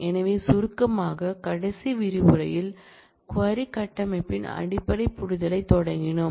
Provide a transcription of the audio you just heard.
எனவே சுருக்கமாக கடைசி விரிவுரையில் க்வரி கட்டமைப்பின் அடிப்படை புரிதலைத் தொடங்கினோம்